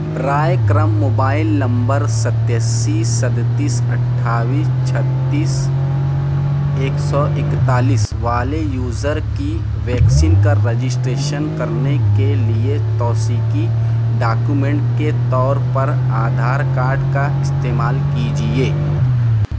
براہ کرم mobile number ستاسی سینتیس اٹھائیس چھتیس ایک سو اکتالیس والے یوزر کی ویکسین کا رجسٹریشن کرنے کے لیے توثیقی ڈاکومنٹ کے طور پر آدھار کارڈ کا استعمال کیجیے